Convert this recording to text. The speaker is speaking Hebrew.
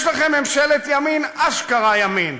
יש לכם ממשלת ימין, אשכרה ימין.